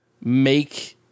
make